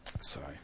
Sorry